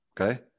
okay